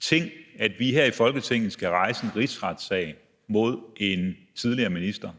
ting, at vi her i Folketinget skal rejse en rigsretssag mod en tidligere minister?